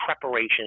preparation